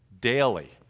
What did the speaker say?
Daily